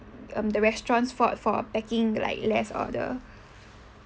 um the restaurant's fault for packing like less order